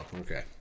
okay